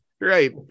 right